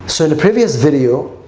so in the previous video,